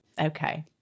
Okay